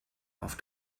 auf